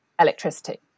electricity